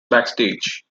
backstage